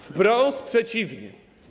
Wprost przeciwnie.